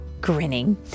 grinning